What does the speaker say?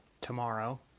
tomorrow